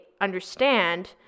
understand